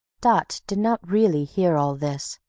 dot did not really hear all this,